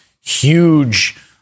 huge